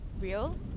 real